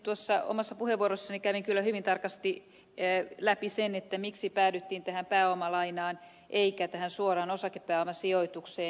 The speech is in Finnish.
tuossa omassa puheenvuorossani kävin kyllä hyvin tarkasti läpi sen miksi päädyttiin tähän pääomalainaan eikä tähän suoraan osakepääomasijoitukseen